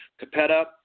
Capetta